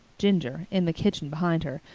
ginger, in the kitchen behind her,